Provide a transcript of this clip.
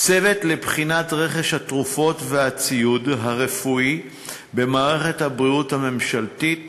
צוות לבחינת רכש התרופות והציוד הרפואי במערכת הבריאות הממשלתית